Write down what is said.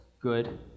good